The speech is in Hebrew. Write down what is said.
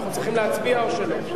אנחנו צריכים להצביע או שלא?